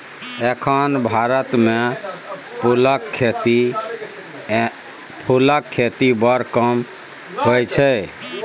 एखन भारत मे फुलक खेती बड़ कम होइ छै